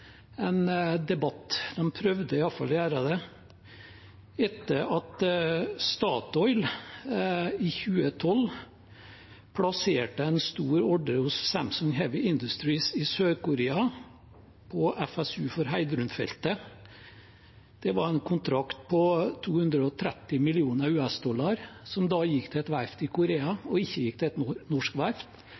en debatt – de prøvde iallfall å gjøre det – etter at Statoil i 2012 plasserte en stor ordre hos Samsung Heavy Industries i Sør-Korea om FSU for Heidrun-feltet. Det var en kontrakt på 230 mill. amerikanske dollar som da gikk til et verft i Korea, og ikke til et norsk verft,